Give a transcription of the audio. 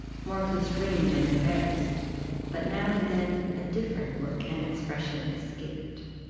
more constrained and embarrassed but now and then a different look and expression escaped.